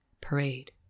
Parade